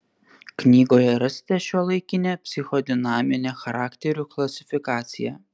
knygoje rasite šiuolaikinę psichodinaminę charakterių klasifikaciją